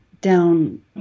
down